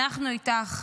אנחנו איתך.